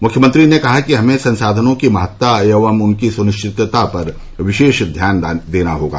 मुख्यमंत्री ने कहा कि हमें संसाधनों की महत्ता एवं उसकी सुनिश्चितता पर विरोष ध्यान देना होगा